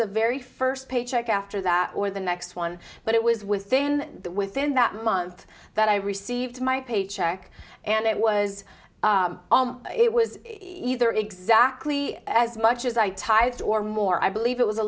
the very st paycheck after that or the next one but it was within within that month that i received my paycheck and it was it was either exactly as much as i type it or more i believe it was a